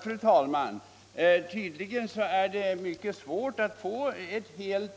Fru talman! Tydligen är det mycket svårt att få en helt